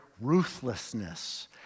ruthlessness